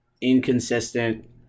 inconsistent